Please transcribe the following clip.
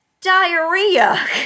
diarrhea